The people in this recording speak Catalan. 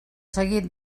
seguit